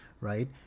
right